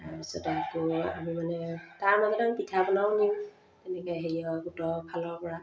তাৰপিছতে আকৌ আমি মানে তাৰ মাজতে আমি পিঠা পনাও নিওঁ তেনেকৈ হেৰি হয় গোটৰফালৰপৰা